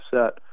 set